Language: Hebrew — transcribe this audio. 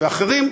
ואחרים,